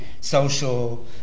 social